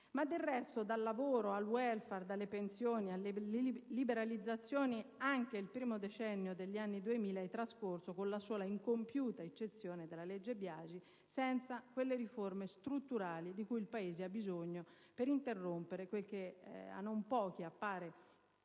Del resto, dal lavoro al *welfare*, dalle pensioni alle liberalizzazioni, anche il primo decennio degli anni Duemila è trascorso - con la sola, incompiuta eccezione della legge Biagi - senza quelle riforme strutturali di cui il Paese ha bisogno per interrompere quel che a non pochi appare